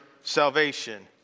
salvation